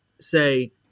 say